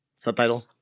Subtitle